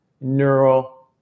neural